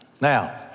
now